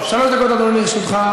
לרשותך.